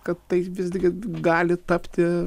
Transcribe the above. kad tai visgi gali tapti